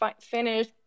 finish